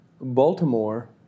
Baltimore